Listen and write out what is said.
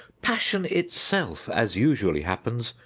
passion itself, as usually happens,